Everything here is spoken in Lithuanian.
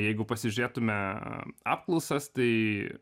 jeigu pasižiūrėtume apklausas tai